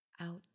out